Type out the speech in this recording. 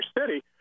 City